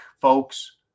folks